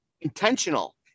intentional